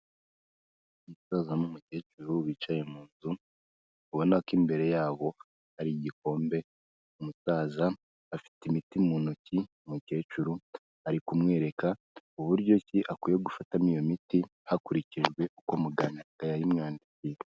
Umusaza n'umukecuru wicaye mu nzu, ubona ko imbere yabo ari igikombe, umusaza afite imiti mu ntoki, umukecuru ari kumwereka uburyo ki akwiye gufatamo iyo miti, hakurikijwe uko mugana yayimwandikiye.